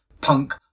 punk